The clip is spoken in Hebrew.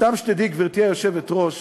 סתם שתדעי, גברתי היושבת-ראש,